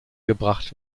gebracht